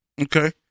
Okay